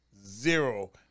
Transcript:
zero